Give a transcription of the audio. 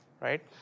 right